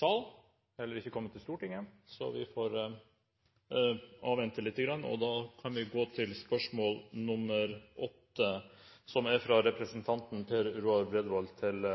salen og heller ikke til Stortinget, så vi får avvente litt og gå til spørsmål 8, som er fra representanten Per Roar Bredvold til